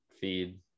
feed